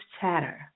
chatter